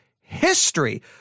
history